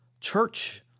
church